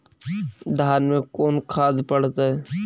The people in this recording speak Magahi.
धान मे कोन खाद पड़तै?